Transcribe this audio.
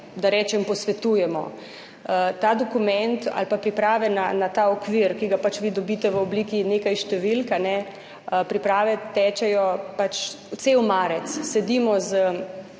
da rečem, posvetujemo. Ta dokument ali pa priprave na ta okvir, ki ga pač vi dobite v obliki nekaj številk, priprave tečejo pač cel marec, sedimo s